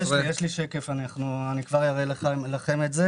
שקף על זה.